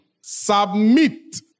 Submit